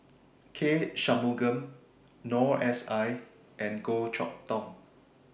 K Shanmugam Noor S I and Goh Chok Tong